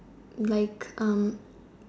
like erm